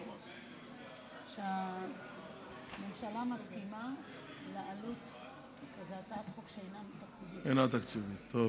טוב,